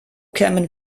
kämen